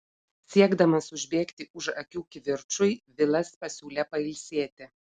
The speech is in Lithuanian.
siekdamas užbėgti už akių kivirčui vilas pasiūlė pailsėti